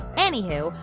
anywho,